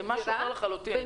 זה משהו אחר לחלוטין.